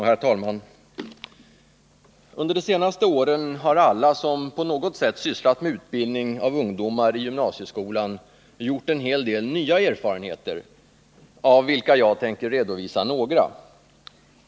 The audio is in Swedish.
Herr talman! Under de senaste åren har alla som på något sätt sysslat med utbildning av ungdomar i gymnasieskolan gjort en hel del nya erfarenheter, av vilka jag tänker redovisa några.